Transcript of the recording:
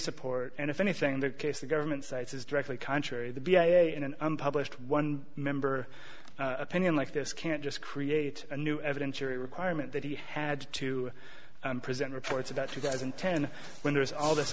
support and if anything in the case the government sites is directly contrary the b a in an unpublished one member opinion like this can't just create a new evidence or a requirement that he had to present reports about two thousand and ten when there is all this